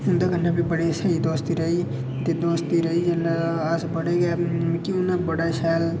उं'दे कन्नै बी बड़ी स्हेई दोस्ती रेही ते दोस्ती रेही जेल्लै ते अस पढ़े मिगी उ'नें बड़ा शैल